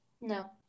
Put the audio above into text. no